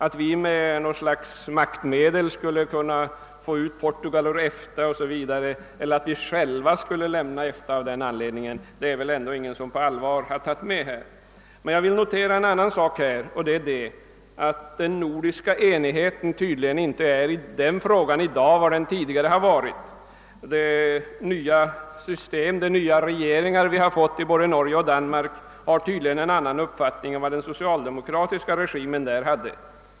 Att vi med något slags maktmedel skulle kunna få ut Portugal ur EFTA eller att vi själva av denna anledning skulle lämna EFTA har väl ändå ingen på allvar tagit med i beräkningen. Jag vill notera att den nordiska enigheten i denna fråga i dag tydligen inte är vad den tidigare varit. De nya regeringarna i Danmark och Norge har tydligen en annan uppfattning än den som de tidigare socialdemokratiska regimerna där hade.